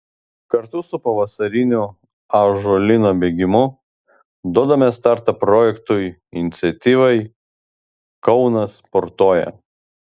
kartu su pavasariniu ąžuolyno bėgimu duodame startą projektui iniciatyvai kaunas sportuoja